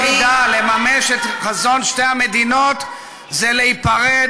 הדרך היחידה לממש את חזון שתי המדינות זה להיפרד